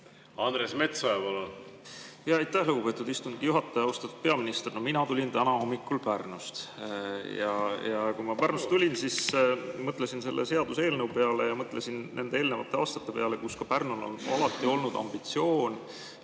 Andres Metsoja, palun! Aitäh, lugupeetud istungi juhataja! Austatud peaminister! Mina tulin täna hommikul Pärnust. Ja kui ma Pärnust tulin, siis mõtlesin selle seaduseelnõu peale ja mõtlesin nende eelnevate aastate peale. Pärnul on alati olnud ambitsioon